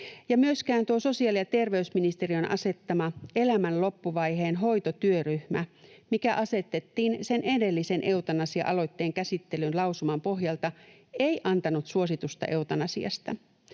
myöskään tuo sosiaali- ja terveysministeriön asettama Elämän loppuvaiheen hoito -työryhmä, mikä asetettiin sen edellisen eutanasia-aloitteen käsittelyn lausuman pohjalta, ei antanut suositusta eutanasiasta.